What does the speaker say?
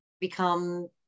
become